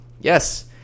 yes